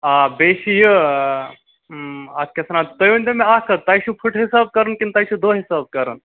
آ بیٚیہِ چھُ یہِ اتھ کیٛاہ چھِ وَنان تُہۍ ؤنۍتَو مےٚ اکھ کَتھ تۅہہِ چھُوٕ فُٹہٕ حِساب کَرُن کِنہٕ تۅہہِ چھُوے دۅہ حِساب کَرُن